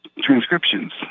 transcriptions